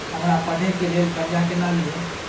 हमरा पढ़े के लेल कर्जा केना लिए?